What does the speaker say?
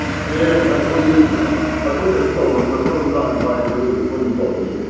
ꯑꯦ ꯑꯩꯈꯣꯏꯗꯤ ꯑꯩꯈꯣꯏꯅ ꯑꯗꯨꯝ ꯇꯧꯔꯣ ꯅꯈꯣꯏꯔꯣꯝꯗ ꯂꯥꯛꯑꯗꯤ ꯚꯥꯏ ꯑꯩꯈꯣꯏꯅ ꯑꯗꯨꯝ ꯇꯧꯔꯅꯤ ꯀꯩꯅꯣ